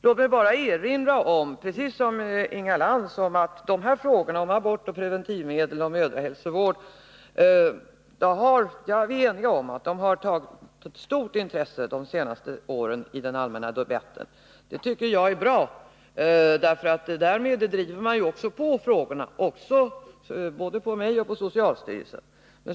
Låt mig bara, precis som Inga Lantz, erinra om att frågorna om abort, preventivmedel och mödrahälsovård har fått stort intresse — det är vi eniga om =— de senaste åren i den allmänna debatten. Det tycker jag är bra, för därmed driver man också på frågorna, liksom på mig och socialstyrelsen.